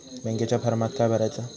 बँकेच्या फारमात काय भरायचा?